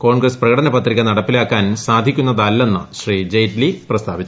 കോൺഗ്രസ് പ്രകടന പത്രിക നടപ്പിലാക്കാൻ സാധിക്കുന്നതല്ലെന്നും ശ്രീ ജെയ്റ്റ്ലി പ്രസ്താവിച്ചു